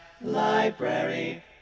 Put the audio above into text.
Library